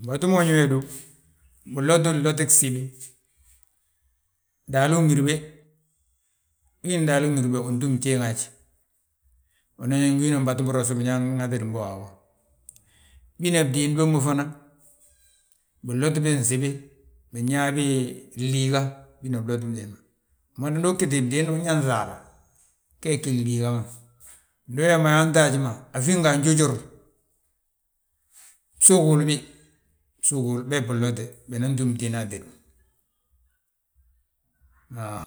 mbatu moñi we du, binloti wi bloti gsij. Daalu ugirbe, wi gíni daali ugirbe we, bintúmi bjéŋi haj, unan yaa wina mbatu biros biñaŋ ŋatadin bo waabo. Bina bdiin bommu fana, binloti bi nsibi, binyaa bi gliiga, bina blotin binín ma. Mbolo ndi uu ggiti mdiin, unyaa laaŧ, gee gí gliiga ma. Ndi wee ma yaanti haji ma, aŧingajujur, bsogul bi, bsugul be binloti binan túm bdiin atédi ma haa.